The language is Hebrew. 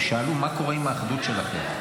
ושאלו: מה קורה עם האחדות שלכם?